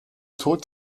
tod